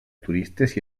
turistes